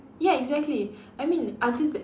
ya exactly I mean other than